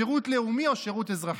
שירות לאומי או שירות אזרחי.